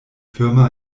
firma